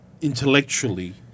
intellectually